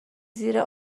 زیر